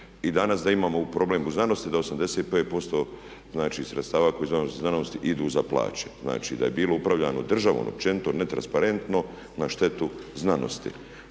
i danas da imamo i problem u znanosti da 85% znači sredstava koja idu u znanost idu za plaće, znači da je bilo upravljano državom općenito ne transparentno na štetu znanosti.